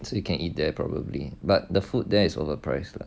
so you can eat there probably but the food there is overpriced lah